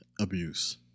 abuse